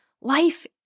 Life